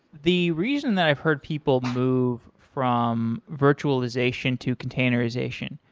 the reason that i've heard people move from virtualization to containerization,